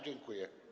Dziękuję.